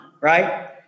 right